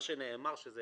מה שנאמר שזה